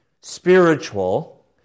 spiritual